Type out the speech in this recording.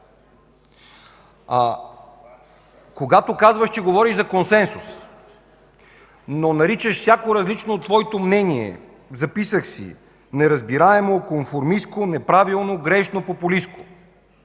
Когато говориш за консенсус, но наричаш всяко различно от твоето мнение, записах си: „неразбираемо, конформистко, неправилно, грешно, популистко”,